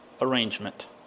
arrangement